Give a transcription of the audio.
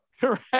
Correct